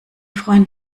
freund